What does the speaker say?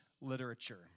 Literature